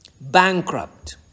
bankrupt